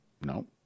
No